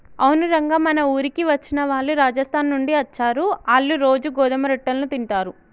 అవును రంగ మన ఊరికి వచ్చిన వాళ్ళు రాజస్థాన్ నుండి అచ్చారు, ఆళ్ళ్ళు రోజూ గోధుమ రొట్టెలను తింటారు